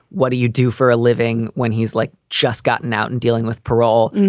what do you do for a living when he's like, just gotten out and dealing with parole?